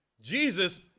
Jesus